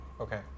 Okay